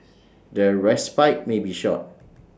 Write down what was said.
their respite may be short